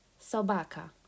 sobaka